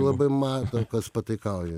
labai mato kas pataikauja